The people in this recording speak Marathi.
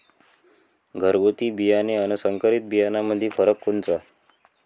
घरगुती बियाणे अन संकरीत बियाणामंदी फरक कोनचा?